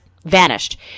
vanished